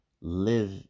live